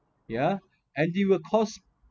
yeah and it will cause